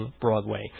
Broadway